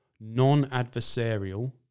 non-adversarial